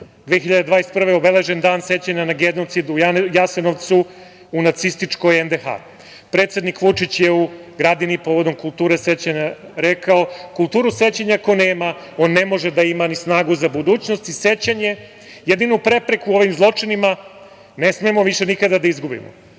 godine obeležen je dan sećanja na genocid u Jasenovcu, u Nacističkoj NDH. Predsednik Vučić je u Gradini, povodom kulture sećanja rekao: „Kulturu sećanja ko nema, on ne može da ima snagu ni za budućnost i sećanje. Jedinu prepreku ovim zločinima ne smemo više nikada da izgubimo“.Od